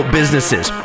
businesses